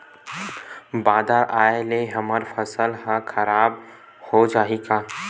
बादर आय ले हमर फसल ह खराब हो जाहि का?